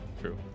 true